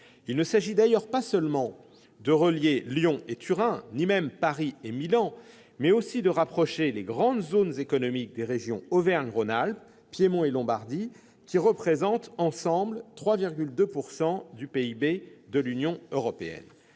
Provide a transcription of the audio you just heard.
Il s'agit d'ailleurs non pas seulement de relier Lyon et Turin, ni même Paris et Milan, mais aussi de rapprocher les grandes zones économiques des régions Auvergne-Rhône-Alpes, Piémont et Lombardie, qui représentent 3,2 % du produit intérieur brut de l'Union européenne.